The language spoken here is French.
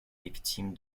victimes